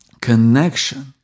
connection